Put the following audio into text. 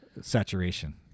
saturation